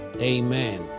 Amen